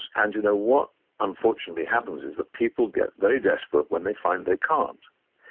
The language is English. and you know what unfortunately happens is that people get very desperate when they find they can't.